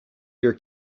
your